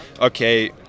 okay